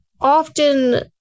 often